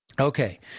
Okay